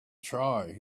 try